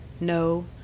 No